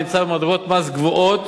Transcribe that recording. הנמצא במדרגות מס גבוהות,